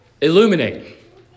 Illuminate